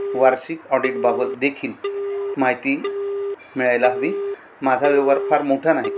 वार्षिक ऑडिटबाबत देखील माहिती मिळायला हवी माझा व्यवहार फार मोठा नाही